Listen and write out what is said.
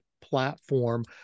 platform